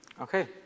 Okay